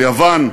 ליוון,